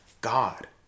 God